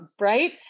right